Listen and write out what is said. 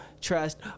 trust